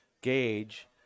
gauge